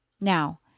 Now